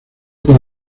como